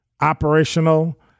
operational